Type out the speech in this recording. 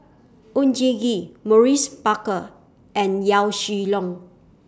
Oon Jin Gee Maurice Baker and Yaw Shin Leong